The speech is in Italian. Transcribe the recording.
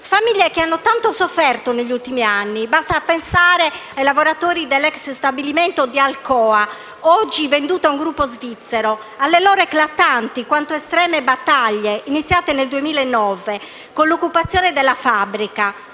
Famiglie che hanno tanto sofferto negli ultimi anni; basti pensare ai lavoratori dell'*ex* stabilimento Alcoa (oggi venduto ad un gruppo svizzero) e alle loro eclatanti, quanto estreme battaglie, iniziate nel novembre 2009 con l'occupazione della fabbrica,